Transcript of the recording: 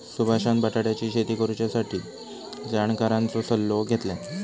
सुभाषान बटाट्याची शेती करुच्यासाठी जाणकारांचो सल्लो घेतल्यान